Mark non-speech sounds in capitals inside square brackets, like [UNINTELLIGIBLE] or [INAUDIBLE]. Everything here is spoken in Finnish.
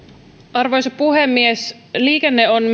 arvoisa puhemies liikenne on [UNINTELLIGIBLE]